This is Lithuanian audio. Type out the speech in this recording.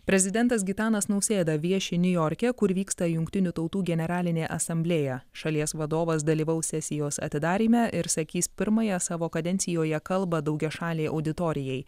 prezidentas gitanas nausėda vieši niujorke kur vyksta jungtinių tautų generalinė asamblėja šalies vadovas dalyvaus sesijos atidaryme ir sakys pirmąją savo kadencijoje kalbą daugiašalei auditorijai